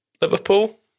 Liverpool